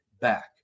back